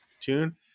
tune